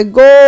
go